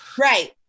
Right